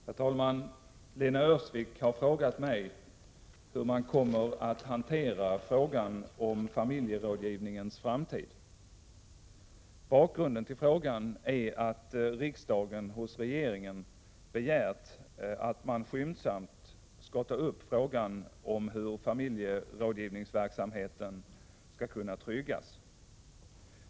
Herr talman! Lena Öhrsvik har frågat mig hur man kommer att hantera frågan om familjerådgivningens framtid. Bakgrunden till frågan är att riksdagen hos regeringen begärt att man skyndsamt skall ta upp frågan om hur familjerådgivningsverksamheten skall kunna tryggas.